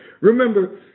Remember